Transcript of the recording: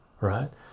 right